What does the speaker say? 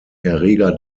erreger